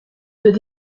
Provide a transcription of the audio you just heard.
doit